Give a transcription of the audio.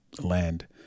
land